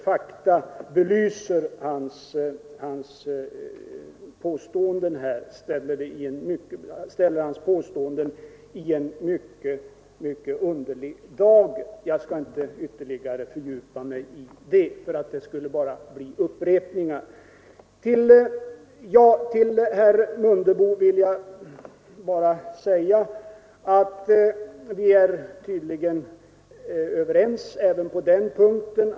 Fakta belyser hans påståenden och ställer dem i en mycket underlig dager. Jag skall inte ytterligare fördjupa mig i detta, det skulle bara bli upprepningar. Herr Mundebo och jag är tydligen överens på många punkter.